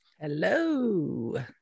Hello